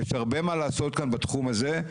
יש הרבה מה לעשות כאן בתחום הזה.